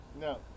No